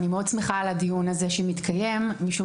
אני מאוד שמחה על הדיון הזה שמתקיים משום